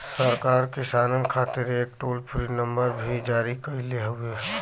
सरकार किसानन खातिर एक टोल फ्री नंबर भी जारी कईले हउवे